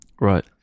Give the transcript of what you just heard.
Right